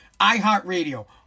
iHeartRadio